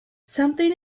something